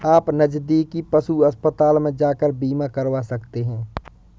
आप नज़दीकी पशु अस्पताल में जाकर बीमा करवा सकते है